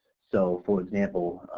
so for example,